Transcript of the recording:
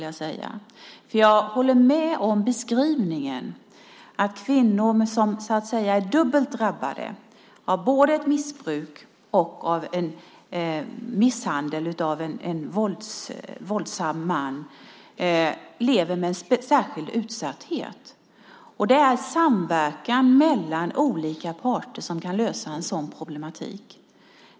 Jag håller med om att kvinnor som är dubbelt drabbade av både missbruk och misshandel av en våldsam man lever med en särskild utsatthet och att det är samverkan mellan olika parter som kan lösa en sådan problematik.